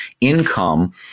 income